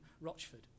Rochford